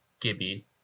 Gibby